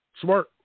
Smart